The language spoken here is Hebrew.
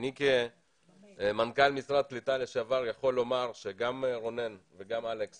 אני כמנכ"ל משרד הקליטה לשעבר יכול לומר שגם רונן וגם אלכס